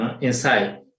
Inside